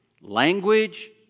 language